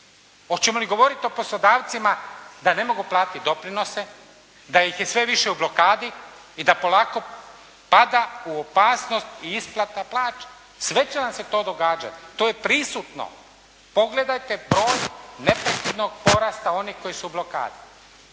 Hoćemo li govoriti o poslodavcima da ne mogu platiti doprinose, da ih je sve više u blokadi i da polako pada u opasnost i isplata plaće. Sve će vam se to događati. To je prisutno. Pogledajte broj neprekidnog porasta onih koji su u blokadi.